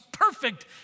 perfect